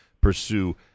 pursue